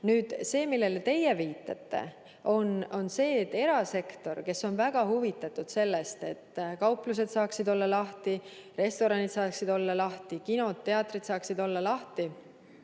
Nüüd see, millele te viitasite – erasektor on väga huvitatud sellest, et kauplused saaksid olla lahti, restoranid saaksid olla lahti, kinod-teatrid saaksid olla lahti,